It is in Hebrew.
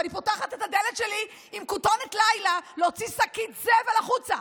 ואני פותחת את הדלת שלי עם כותונת לילה להוציא שקית זבל החוצה,